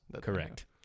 Correct